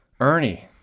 Ernie